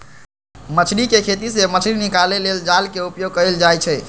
मछरी कें खेति से मछ्री निकाले लेल जाल के उपयोग कएल जाइ छै